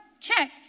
check